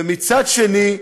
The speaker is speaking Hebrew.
ומצד שני,